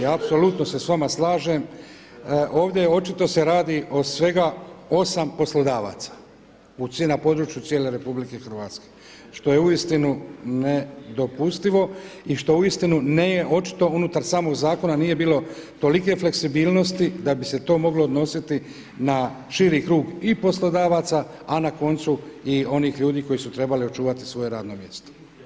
Apsolutno se s vama slažem, ovdje se očito radi o svega osam poslodavaca na području cijele RH, što je uistinu nedopustivo i što uistinu nije očito unutar samog zakona nije bilo tolike fleksibilnosti da bi se to moglo odnositi na širi krug i poslodavaca, a na koncu i onih ljudi koji su trebali očuvati svoje radno mjesto.